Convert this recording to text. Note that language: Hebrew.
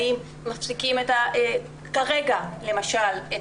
האם מפסיקים כרגע את